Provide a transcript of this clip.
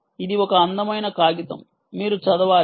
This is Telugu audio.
ఇది ఒక అందమైన కాగితం మీరు చదవాలి